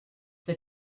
the